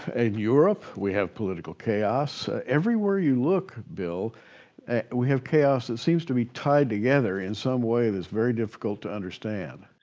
ah in europe we have political chaos. everywhere you look bill we have chaos that seems to be tied together in some way that's very difficult to understand.